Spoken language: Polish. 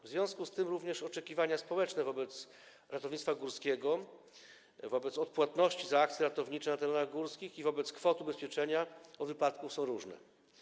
W związku z tym również oczekiwania społeczne wobec ratownictwa górskiego, wobec odpłatności za akcje ratownicze na terenach górskich i wobec kwot ubezpieczenia od wypadków są różne.